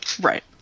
Right